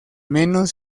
menos